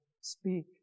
speak